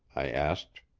i asked.